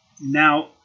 Now